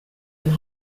and